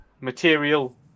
material